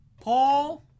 Paul